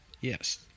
yes